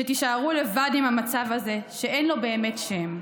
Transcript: כשתישארו לבד עם המצב הזה שאין לו באמת שם,